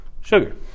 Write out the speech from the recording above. sugar